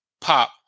pop